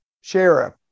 sheriff